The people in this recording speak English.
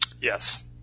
Yes